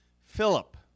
Philip